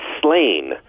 slain